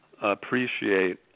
appreciate